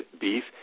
beef